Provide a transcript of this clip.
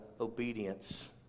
obedience